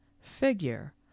figure